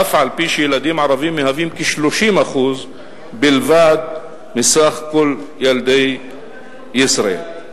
אף-על-פי שילדים ערבים מהווים כ-30% בלבד מסך כל ילדי ישראל.